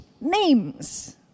names